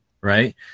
right